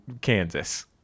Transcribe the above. Kansas